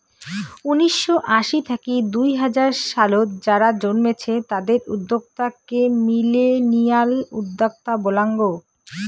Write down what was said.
উনিসশো আশি থাকি দুই হাজার সালত যারা জন্মেছে তাদের উদ্যোক্তা কে মিলেনিয়াল উদ্যোক্তা বলাঙ্গ